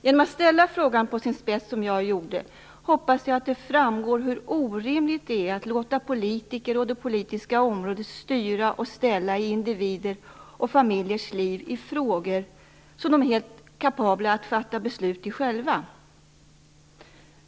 Genom att ställa frågan på sin spets som jag gjorde hoppas jag att det framgår hur orimligt det är att låta politiker och det politiska området styra och ställa i individers och familjers liv i frågor som de är helt kapabla att fatta beslut i själva.